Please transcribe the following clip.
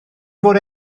fod